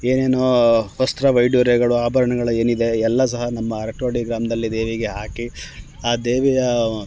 ಏನೇನು ವಸ್ತ್ರ ವೈಢೂರ್ಯಗಳು ಆಭರಣಗಳು ಏನು ಇದೆ ಎಲ್ಲ ಸಹ ನಮ್ಮ ಅರಕಲ್ವಾಡಿ ಗ್ರಾಮದಲ್ಲಿ ದೇವಿಗೆ ಹಾಕಿ ಆ ದೇವಿಯ